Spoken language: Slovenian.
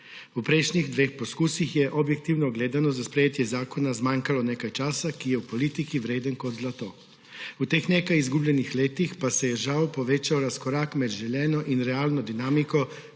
V prejšnjih dveh poskusih je objektivno gledano za sprejetje zakona zmanjkalo nekaj časa, ki je v politiki vreden kot zlato. V teh nekaj izgubljenih letih pa se je žal povečal razkorak med želeno in realno dinamiko